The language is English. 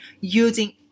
using